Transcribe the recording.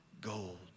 gold